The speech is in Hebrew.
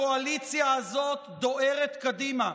הקואליציה הזאת דוהרת קדימה,